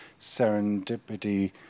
serendipity